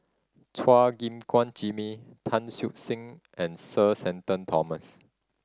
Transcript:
Chua Gim Guan Jimmy Tan Siew Sin and Sir Shenton Thomas